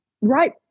right